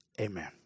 Amen